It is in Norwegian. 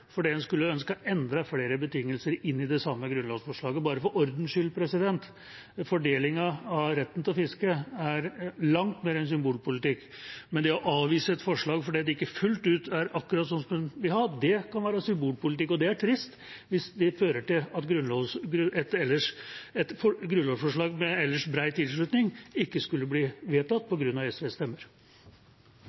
fordi en skulle ønsket enda flere betingelser inn i det samme grunnlovsforslaget. For ordens skyld: Fordelingen av retten til å fiske er langt mer enn symbolpolitikk, men det å avvise et forslag fordi det ikke fullt ut er akkurat sånn som en vil ha det, kan være symbolpolitikk. Det er trist hvis det fører til at et grunnlovsforslag med ellers bred tilslutning ikke skulle bli vedtatt på grunn av SVs stemmer.